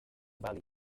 valley